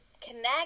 connect